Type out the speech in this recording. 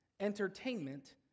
entertainment